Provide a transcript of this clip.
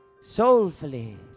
soulfully